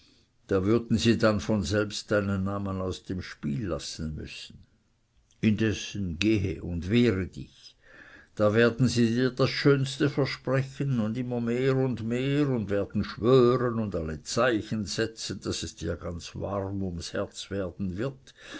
da wurden sie dann von selbst deinen namen aus dem spiel lassen müssen indessen gehe und wehre dich da werden sie dir das schönste versprechen und immer mehr und mehr und werden schwören und alle zeichen setzen daß es dir ganz warm ums herz werden wird